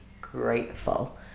grateful